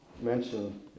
mention